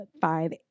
five